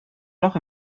loch